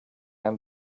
and